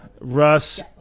Russ